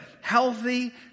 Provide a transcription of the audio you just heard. healthy